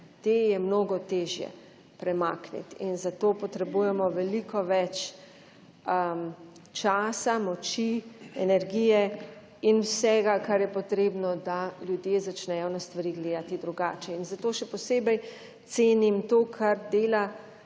te je mnogo težje premakniti in za to potrebujemo veliko več časa, moči, energije in vsega, kar je potrebno, da ljudje začnejo na stvari gledati drugače In zato še posebej cenim to, kar dela